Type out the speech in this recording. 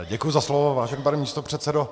Děkuji za slovo, vážený pane místopředsedo.